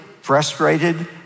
frustrated